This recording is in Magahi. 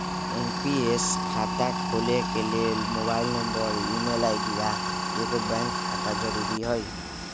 एन.पी.एस खता खोले के लेल मोबाइल नंबर, ईमेल आई.डी, आऽ एगो बैंक खता जरुरी हइ